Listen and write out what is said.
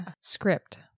script